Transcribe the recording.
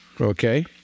okay